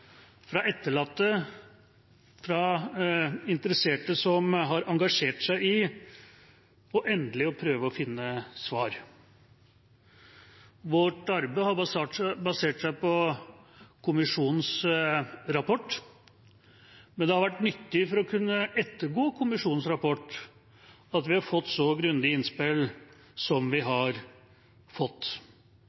fra etterlatte, fra interesserte som har engasjert seg i å prøve endelig å finne svar. Vårt arbeid har basert seg på kommisjonens rapport, men det har vært nyttig for å kunne ettergå kommisjonens rapport at vi har fått så grundige innspill som vi har fått.